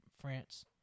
France